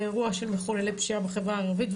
לאירוע של מחוללי פשיעה בחברה הערבית,